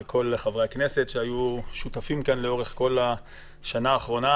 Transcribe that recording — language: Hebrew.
לכל חברי הכנסת שהיו שותפים כאן לאורך כל השנה האחרונה.